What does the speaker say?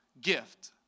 gift